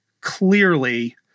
clearly